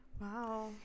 Wow